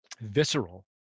visceral